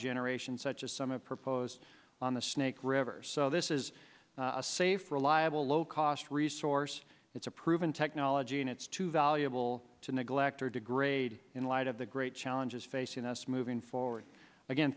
generation such as some of proposed on the snake river so this is a safe reliable low cost resource it's a proven technology and it's too valuable to neglect or degrade in light of the great challenges facing us moving forward again